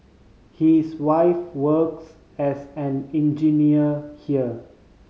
he is wife works as an engineer here